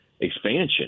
expansion